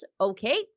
okay